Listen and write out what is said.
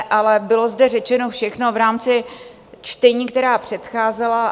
Ale bylo zde řečeno všechno v rámci čtení, která předcházela.